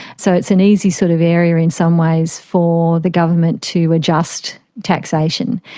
so it's an easy sort of area in some ways for the government to adjust taxation.